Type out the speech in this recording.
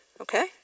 Okay